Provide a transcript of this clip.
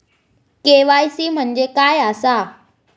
KYC म्हणजे काय आसा?